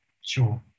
Sure